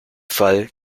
fall